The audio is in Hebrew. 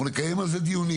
אנחנו נקיים על זה דיונים.